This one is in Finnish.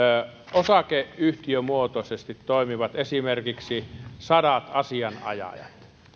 osakeyhtiömuotoisesti toimivat esimerkiksi sadat asianajajat